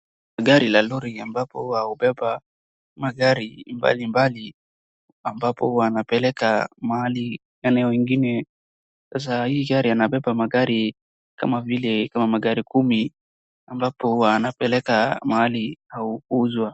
Gari la lori ambapo hubeaba magari mbalimbali ambapo wanapeleka mali eneo ingine. Saa hii gari anabeba magari kama vile kama magari kumi ambapo anapeleka mahali au kuuzwa.